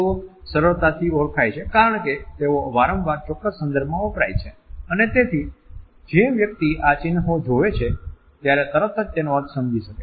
તેઓ સરળતાથી ઓળખાય છે કારણ કે તેઓ વારંવાર ચોક્કસ સંદર્ભ માં વપરાય છે અને તેથી જે વ્યક્તિ આ ચિન્હો જોવે ત્યારે તરત જ તેનો અર્થ સમજી શકે છે